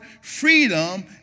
freedom